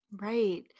Right